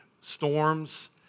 storms